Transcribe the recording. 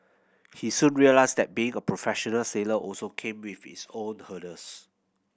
he soon realised that being a professional sailor also came with its own hurdles